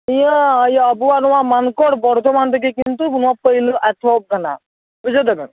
ᱤᱭᱟᱹ ᱤᱭᱟᱹ ᱟᱵᱚᱭᱟᱜ ᱱᱚᱣᱟ ᱢᱟᱱᱠᱚᱲ ᱵᱚᱨᱫᱷᱚᱢᱟᱱ ᱨᱮᱜᱮ ᱠᱤᱱᱛᱩ ᱱᱚᱣᱟ ᱯᱳᱭᱞᱳ ᱮᱦᱚᱵ ᱠᱟᱱᱟ ᱵᱩᱡᱷᱟᱹᱣ ᱫᱟᱵᱮᱱ